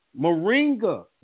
Moringa